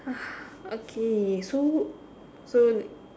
okay so so